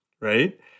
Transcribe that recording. right